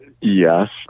Yes